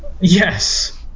yes